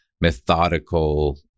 methodical